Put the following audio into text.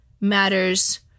matters